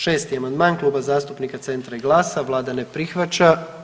6. amandman Kluba zastupnika Centra i GLAS-a, Vlada ne prihvaća.